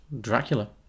Dracula